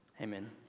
Amen